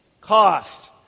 cost